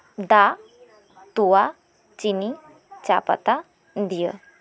ᱫᱟᱜ ᱛᱚᱣᱟ ᱪᱤᱱᱤ ᱪᱟ ᱯᱟᱛᱟ ᱫᱤᱭᱮ